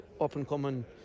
up-and-coming